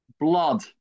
blood